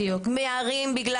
אני,